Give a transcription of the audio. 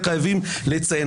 לכן חייבים לציין,